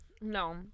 No